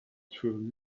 through